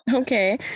Okay